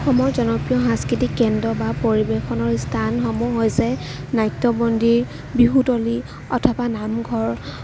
অসমৰ জনপ্ৰিয় সাংস্কৃতিক কেন্দ্ৰ বা পৰিৱেশনৰ স্থানসমূহ হৈছে নাট্য়মন্দিৰ বিহুতলী অথবা নামঘৰ